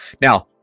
Now